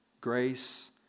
grace